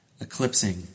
eclipsing